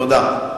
תודה.